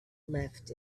left